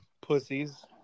pussies